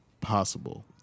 possible